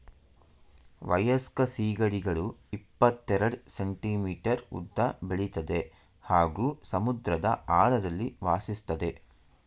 ವಯಸ್ಕ ಸೀಗಡಿಗಳು ಇಪ್ಪತೆರೆಡ್ ಸೆಂಟಿಮೀಟರ್ ಉದ್ದ ಬೆಳಿತದೆ ಹಾಗೂ ಸಮುದ್ರದ ಆಳದಲ್ಲಿ ವಾಸಿಸ್ತದೆ